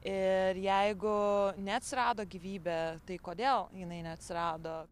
ir jeigu neatsirado gyvybė tai kodėl jinai neatsirado